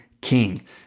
King